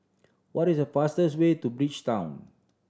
what is the fastest way to Bridgetown